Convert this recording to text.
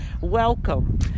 Welcome